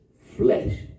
flesh